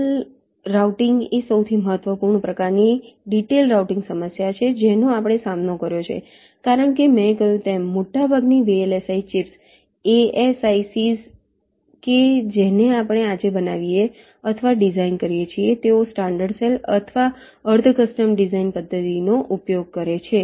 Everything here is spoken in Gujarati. ચેનલ રાઉટીંગ એ સૌથી મહત્વપૂર્ણ પ્રકારની ડિટેઇલ્ડ રાઉટીંગ સમસ્યા છે જેનો આપણે સામનો કર્યો છે કારણ કે મેં કહ્યું તેમ મોટાભાગની VLSI ચિપ્સ ASICs કે જેને આપણે આજે બનાવીએ અથવા ડિઝાઇન કરીએ છીએ તેઓ સ્ટાન્ડર્ડ સેલ અથવા અર્ધ કસ્ટમ ડિઝાઇન પદ્ધતિનો ઉપયોગ કરે છે